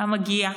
המגיע.